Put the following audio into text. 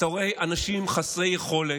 אתה רואה אנשים חסרי יכולת,